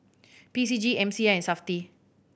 P C G M C I and Safti